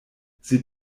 sie